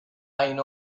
اینو